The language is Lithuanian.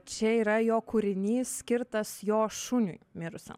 čia yra jo kūrinys skirtas jo šuniui mirusiam